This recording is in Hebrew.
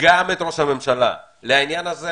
וגם את ראש הממשלה לעניין הזה,